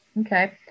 okay